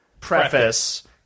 preface